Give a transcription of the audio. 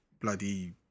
bloody